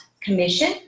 commission